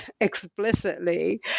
explicitly